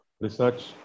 research